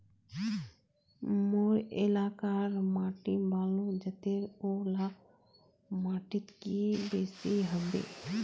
मोर एलाकार माटी बालू जतेर ओ ला माटित की बेसी हबे?